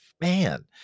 Man